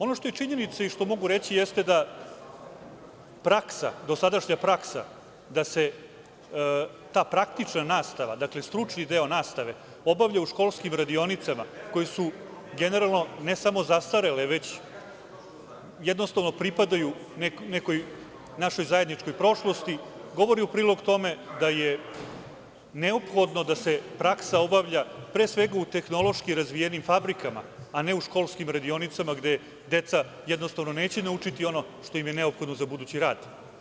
Ono što je činjenica i što mogu reći jeste da dosadašnja praksa da se ta praktična nastava, stručni deo nastave obavlja u školskim radionicama koje su generalno ne samo zastarele, već jednostavno pripadaju nekoj našoj zajedničkoj prošlosti, govori u prilog tome da je neophodno da se praksa obavlja pre svega u tehnološki razvijenim fabrikama, a ne u školskim radionicama gde deca jednostavno neće naučiti ono što im je neophodno za budući rad.